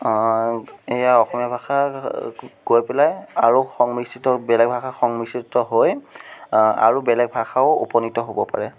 এইয়া অসমীয়া ভাষা কৈ পেলাই আৰু সংমিশ্ৰিত বেলেগ ভাষা সংমিশ্ৰিত হৈ আৰু বেলেগ ভাষাও উপনীত হ'ব পাৰে